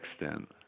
extent